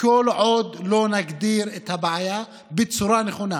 כל עוד לא נגדיר את הבעיה בצורה נכונה.